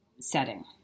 setting